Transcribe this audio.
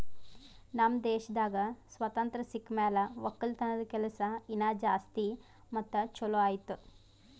ನಮ್ ದೇಶದಾಗ್ ಸ್ವಾತಂತ್ರ ಸಿಕ್ ಮ್ಯಾಲ ಒಕ್ಕಲತನದ ಕೆಲಸ ಇನಾ ಜಾಸ್ತಿ ಮತ್ತ ಛಲೋ ಆಯ್ತು